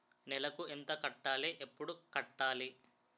నెలకు ఎంత కట్టాలి? ఎప్పుడు కట్టాలి?